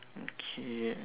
okay